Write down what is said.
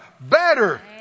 better